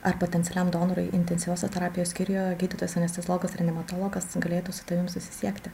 ar potencialiam donorui intensyviosios terapijos skyriuje gydytojas anesteziologas reanimatologas galėtų su tavim susisiekti